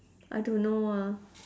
I don't know ah